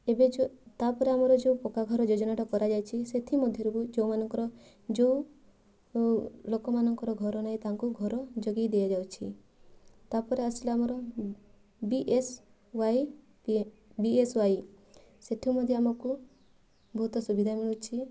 ଏବେ ତା'ପରେ ଆମର ଯେଉଁ ପକ୍କା ଘର ଯୋଜନାଟା କରାଯାଇଛି ସେଥି ମଧ୍ୟରୁ ବି ଯେଉଁମାନଙ୍କର ଯୋଉ ଲୋକମାନଙ୍କର ଘର ନାହିଁ ତାଙ୍କୁ ଘର ଯୋଗାଇ ଦିଆଯାଉଛି ତା'ପରେ ଆସିଲା ଆମର B S Y B S Y ସେଠୁ ମଧ୍ୟ ଆମକୁ ବହୁତ ସୁବିଧା ମିଳୁଛି